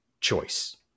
choice